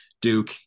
Duke